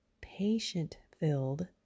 patient-filled